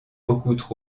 trop